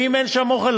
ואם אין שם אוכל,